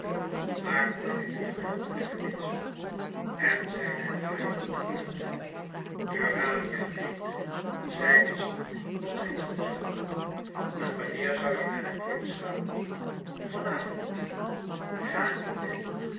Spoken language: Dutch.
maar cornélie geloofde er niets van en zeide het haar ronduit urania weende zij wist niet wat zij doen zoû en wanneer zoû je naar den prins gaan van avond ga niet